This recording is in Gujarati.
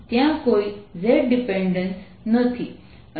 ત્યાં કોઈ z ડિપેન્ડેન્સ નથી અને આપણે